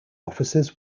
officers